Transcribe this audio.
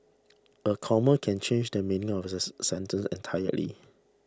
a comma can change the meaning of this sentence entirely